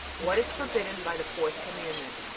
what is forbidden by the fourth commandment?